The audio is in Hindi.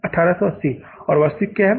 1880 और वास्तविक क्या है